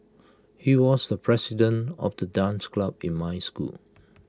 he was the president of the dance club in my school